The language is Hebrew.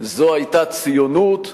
היה ציונות,